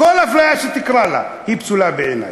כל אפליה שתקרא לה היא פסולה בעיני.